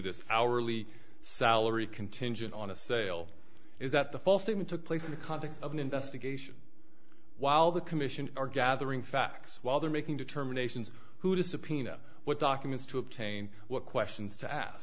this our early salary contingent on a sale is that the false statement took place in the context of an investigation while the commission are gathering facts while they're making determinations who to subpoena what documents to obtain what questions to ask